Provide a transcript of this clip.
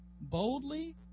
Boldly